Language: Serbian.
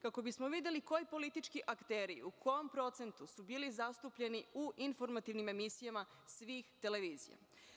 Kako bismo videli koji politički akteri u kom procentu su bili zastupljeni u informativnim emisijama svih televizija.